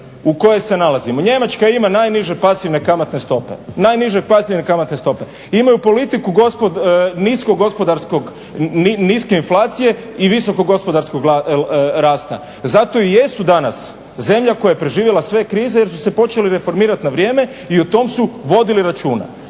u kojoj se nalazimo. Njemačka ima najniže pasivne kamatne stope. Imaju politiku nisku gospodarskog, niske inflacije i visokog gospodarskog rasta. Zato i jesu danas zemlja koja je preživjela sve krize jer su se počeli reformirati na vrijeme i o tom su vodili računa.